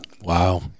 Wow